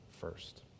first